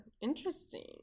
Interesting